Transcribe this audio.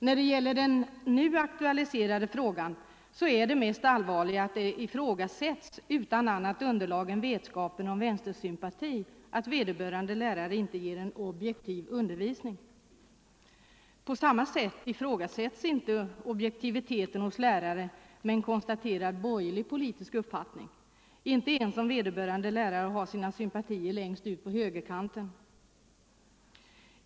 När det gäller den nu aktualiserade frågan är det mest allvarliga att det förutsätts, utan annat underlag än vetskapen om vederbörande lärares vänstersympatier, att denne inte ger en objektiv undervisning. På samma sätt ifrågasätts dock inte objektiviteten hos lärare med en konstaterad borgerlig politisk uppfattning, inte ens om vederbörande lärare har sina sympatier längst ut på högerkanten.